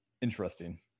interesting